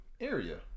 area